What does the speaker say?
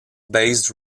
based